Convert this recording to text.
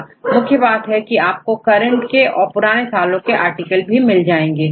यहां मुख्य बात है कि आपको करंट के और पुराने सालों के आर्टिकल साथ में मिल जाएंगे